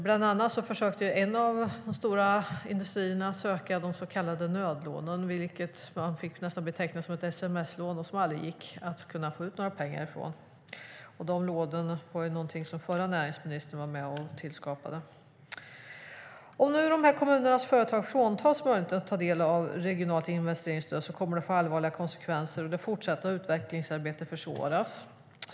Bland annat försökte en av de stora industrierna söka de så kallade nödlånen, vilka man nästan fick beteckna som sms-lån, men som det aldrig gick att få ut några pengar från. De lånen var någonting som förra näringsministern var med och tillskapade. Om nu de här kommunernas företag fråntas möjligheten att ta del av regionalt investeringsstöd kommer det att få allvarliga konsekvenser. Det fortsatta utvecklingsarbetet försvåras.